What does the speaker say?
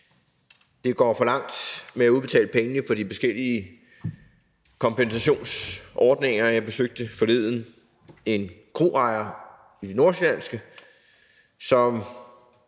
Det tager for lang tid at udbetale pengene fra de forskellige kompensationsordninger. Jeg besøgte forleden en kroejer i det nordsjællandske, og